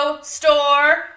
Store